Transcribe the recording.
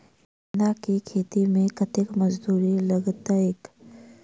गेंदा केँ खेती मे कतेक मजदूरी लगतैक?